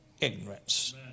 ignorance